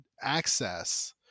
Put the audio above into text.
access